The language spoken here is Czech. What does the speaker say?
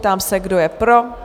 Ptám se, kdo je pro?